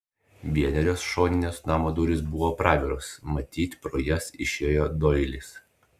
vienerios šoninės namo durys buvo praviros matyt pro jas išėjo doilis